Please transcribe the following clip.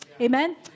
amen